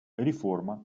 реформа